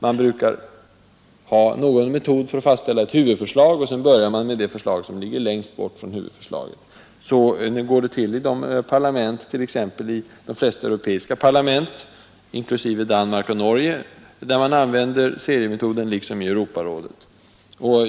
Man brukar ha någon metod för att fastställa ett huvudförslag, och sedan börjar man med det förslag som ligger längst bort från huvudförslaget. Så går det till i de parlament — t.ex. i de flesta europeiska parlament, inklusive parlamenten i Danmark och Norge — där man använder seriemetoden, liksom i Europarådet.